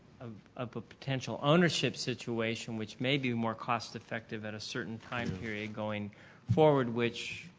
ah a potential ownership situation which may be more cost effective at a certain time period going forward which